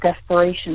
desperation